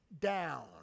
down